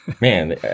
man